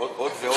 עוד מה